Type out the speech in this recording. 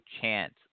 chance